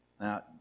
now